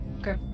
Okay